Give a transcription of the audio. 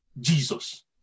Jesus